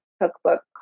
cookbook